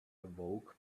awoke